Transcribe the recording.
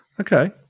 Okay